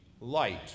light